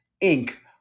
ink